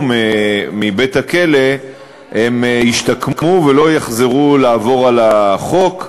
מבית-הכלא הם ישתקמו ולא יחזרו לעבור על החוק,